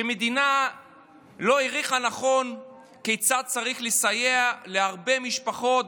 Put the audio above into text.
והמדינה לא העריכה נכון כיצד צריך לסייע להרבה משפחות,